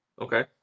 Okay